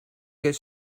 good